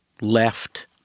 left